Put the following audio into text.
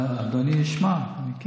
אדוני ישמע.